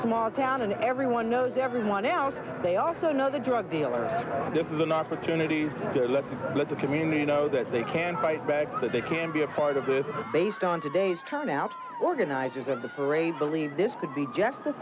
small town and everyone knows everyone else they also know the drug dealers in opportunity the community know that they can fight back so they can be a part of it based on today's turnout organizers of the parade believe this could be just